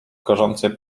gorący